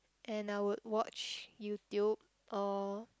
and I would YouTube or